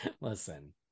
Listen